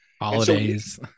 Holidays